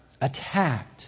attacked